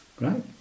right